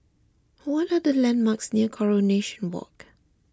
what are the landmarks near Coronation Walk